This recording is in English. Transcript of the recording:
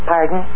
Pardon